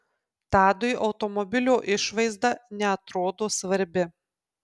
tadui automobilio išvaizda neatrodo svarbi